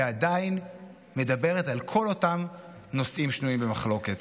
ועדיין מדברת על כל אותם נושאים שנויים במחלוקת.